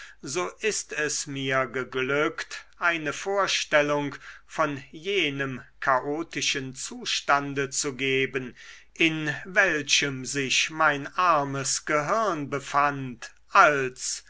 so ist es mir geglückt eine vorstellung von jenem chaotischen zustande zu geben in welchem sich mein armes gehirn befand als